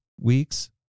Weeks